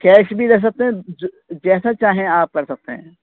cash بھی لے سکتے ہیں جیسا چاہیں آپ کر سکتے ہیں